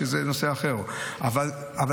אבל זה נושא אחר,